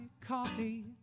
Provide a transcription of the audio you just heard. coffee